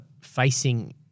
facing